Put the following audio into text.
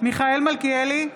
מיכאל מלכיאלי,